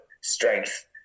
strength